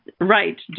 right